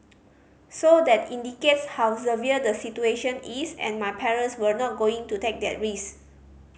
so that indicates how severe the situation is and my parents were not going to take that risk